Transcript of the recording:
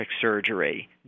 surgery